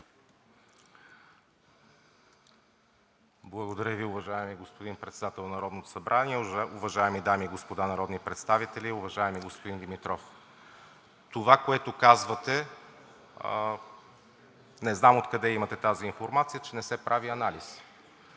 Благодаря Ви, уважаеми господин Председател на Народното събрание. Уважаеми дами и господа народни представители, уважаеми господин Димитров! Това, което казвате, не знам откъде имате тази информация, че не се прави анализ.